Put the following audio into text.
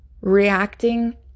reacting